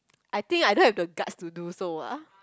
I think I don't have the guts to do so ah